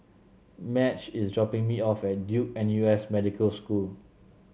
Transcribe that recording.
Madge is dropping me off at Duke N U S Medical School